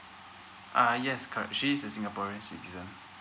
uh yes correct she is a singaporean citizen